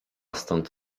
stąd